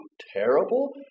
terrible